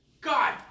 god